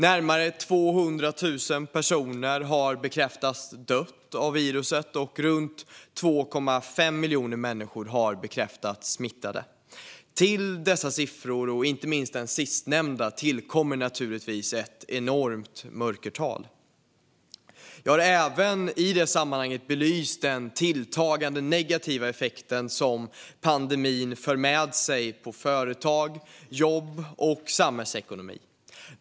Närmare 200 000 personer har bekräftats ha dött av viruset och runt 2,5 miljoner människor har bekräftats ha blivit smittade. Till dessa siffror, inte minst den sistnämnda, kommer naturligtvis ett enormt mörkertal. Jag har även i sammanhanget belyst den tilltagande negativa effekt som pandemin för med sig på företag, jobb och samhällsekonomi.